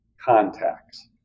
contacts